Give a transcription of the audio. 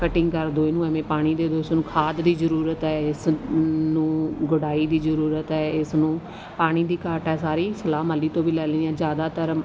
cutting ਕਰ ਦਿਓ ਇਹਨੂੰ ਐਵੇਂ ਪਾਣੀ ਦੇ ਦਿਓ ਇਸਨੂੰ ਖਾਦ ਦੀ ਜ਼ਰੂਰਤ ਹੈ ਇਸ ਨੂੰ ਗੁਡਾਈ ਦੀ ਜ਼ਰੂਰਤ ਹੈ ਇਸਨੂੰ ਪਾਣੀ ਦੀ ਘਾਟ ਹੈ ਸਾਰੀ ਸਲਾਹ ਮਾਲੀ ਤੋਂ ਵੀ ਲੈ ਲੈਂਦੀ ਹਾਂ ਜ਼ਿਆਦਾਤਰ